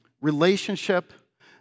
relationship